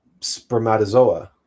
spermatozoa